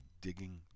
Digging